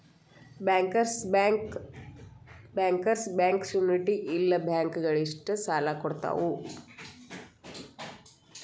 bankers bank community ಇಲ್ಲ bank ಗಳಿಗಷ್ಟ ಸಾಲಾ ಕೊಡ್ತಾವ